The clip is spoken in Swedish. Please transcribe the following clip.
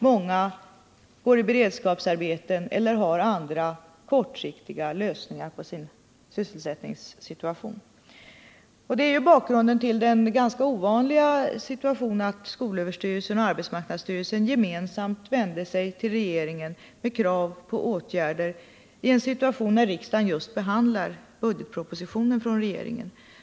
Många går i beredskapsarbeten eller har andra kortsiktiga lösningar på sin sysselsättningssituation. Det är bakgrunden till den ganska ovanliga situationen att skolöverstyrelsen och arbetsmarknadsstyrelsen gemensamt vände sig till regeringen med krav på åtgärder vid en tidpunkt när riksdagen just behandlar budgetpropositionen från regeringen.